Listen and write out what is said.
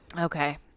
Okay